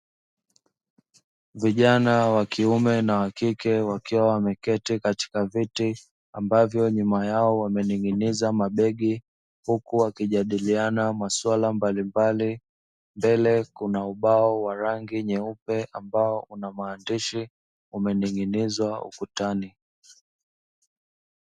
Vijana wa kiume na wa kike wakiwa wameketi katika viti ambavyo nyuma yao wamening'iniza mabegi huku wakijadiliana masuala mbalimbali. Mbele kuna ubao wa rangi nyeupe ambao una maandishi umening'inizwa ukutani.